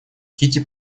кити